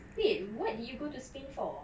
wait what did you go to spain for